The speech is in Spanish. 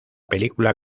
película